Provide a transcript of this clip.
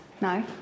No